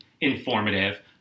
informative